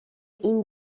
این